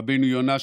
ורבנו יונה,